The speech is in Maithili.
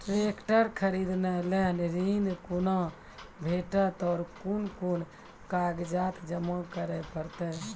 ट्रैक्टर खरीदै लेल ऋण कुना भेंटते और कुन कुन कागजात जमा करै परतै?